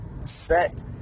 set